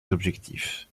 objectifs